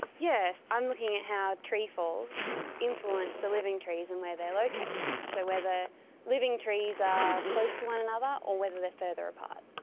yes, i'm looking at how tree falls influence the living trees and where they are located, so whether living trees are close to one another or whether they are further apart,